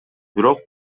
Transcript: бирок